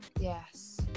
yes